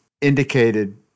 indicated